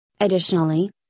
Additionally